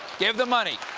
give the money